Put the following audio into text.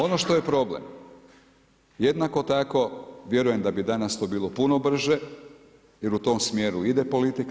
Ono što je problem, jednako tako, vjerujem da bi danas to bilo puno brže jer u tom smjeru ide politika.